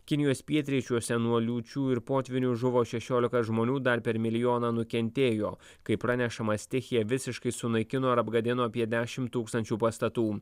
kinijos pietryčiuose nuo liūčių ir potvynių žuvo šešiolika žmonių dar per milijoną nukentėjo kaip pranešama stichija visiškai sunaikino ir apgadino apie dešim tūkstančių pastatų